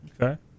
Okay